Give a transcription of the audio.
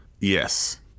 Yes